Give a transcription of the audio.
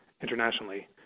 internationally